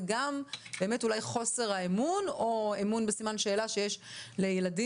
וגם חוסר האמון או האמון בסימן שאלה שיש לילדים